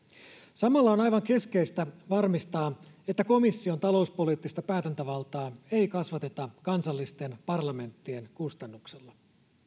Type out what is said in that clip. samalla on aivan keskeistä varmistaa että komission talouspoliittista päätäntävaltaa ei kasvateta kansallisten parlamenttien kustannuksella